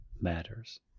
matters